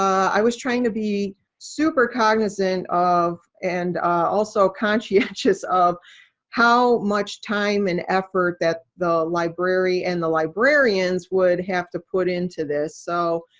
i was trying to be super cognizant of, and also conscientious of how much time and effort that the library and the librarians would have to put into this. so